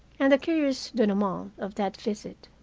and the curious denouement of that visit.